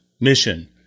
mission